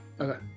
Okay